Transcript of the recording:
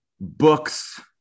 books